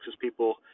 people